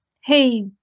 hey